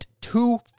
Two